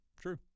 true